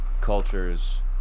cultures